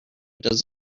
does